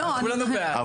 כולנו בעד.